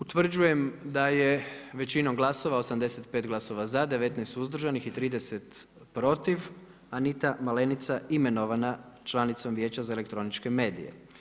Utvrđujem da je većinom glasova, 85 glasova za, 19 suzdržanih i 30 protiv, Anita Malenica imenovana članicom Vijeća za elektroničke medije.